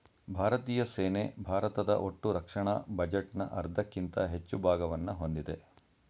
ಭಾರತೀಯ ಸೇನೆ ಭಾರತದ ಒಟ್ಟುರಕ್ಷಣಾ ಬಜೆಟ್ನ ಅರ್ಧಕ್ಕಿಂತ ಹೆಚ್ಚು ಭಾಗವನ್ನ ಹೊಂದಿದೆ